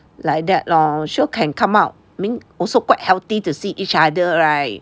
like that lor sure can come out I mean also quite healthy to see each other right